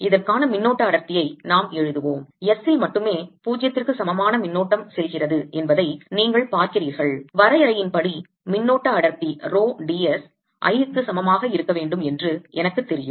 இதற்கான மின்னோட்ட அடர்த்தியை நாம் எழுதுவோம் S இல் மட்டுமே 0 ற்கு சமமான மின்னோட்டம் செல்கிறது என்பதை நீங்கள் பார்க்கிறீர்கள் வரையறையின்படி மின்னோட்ட அடர்த்தி ரோ d s Iக்கு சமமாக இருக்க வேண்டும் என்று எனக்குத் தெரியும்